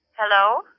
Hello